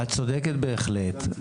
את צודקת בהחלט.